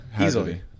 easily